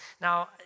Now